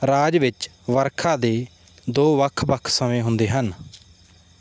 ਰਾਜ ਵਿੱਚ ਵਰਖਾ ਦੇ ਦੋ ਵੱਖ ਵੱਖ ਸਮੇਂ ਹੁੰਦੇ ਹਨ